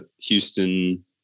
Houston